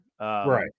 Right